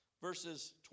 verses